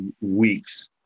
weeks